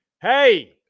Hey